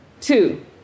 Two